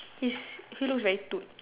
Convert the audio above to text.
his he looks very toot